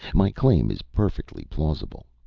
my claim is perfectly plausible,